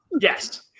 Yes